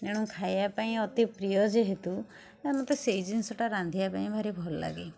ଏଣୁ ଖାଇବା ପାଇଁ ଅତି ପ୍ରିୟ ଯେହେତୁ ଏ ମୋତେ ସେଇ ଜିନିଷଟା ରାନ୍ଧିବା ପାଇଁ ଭାରି ଭଲ ଲାଗେ